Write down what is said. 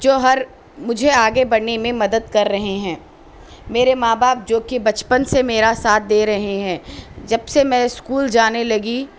جو ہر مجھے آگے بڑھنے میں مدد کر رہے ہیں میرے ماں باپ جو کہ بچپن سے میرا ساتھ دے رہے ہیں جب سے میں اسکول جانے لگی